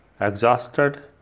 exhausted